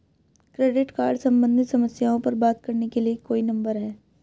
Credit card सम्बंधित समस्याओं पर बात करने के लिए कोई नंबर है?